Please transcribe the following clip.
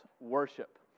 worship